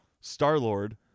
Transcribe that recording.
Star-Lord